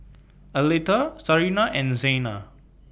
Aletha Sarina and Xena